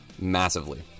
massively